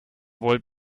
wollt